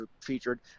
featured